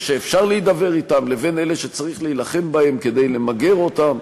שאפשר להידבר אתם לבין אלה שצריך להילחם בהם כדי למגר אותם,